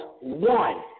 one